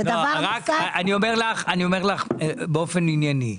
אני אומר לך באופן ענייני,